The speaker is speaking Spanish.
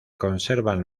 conservan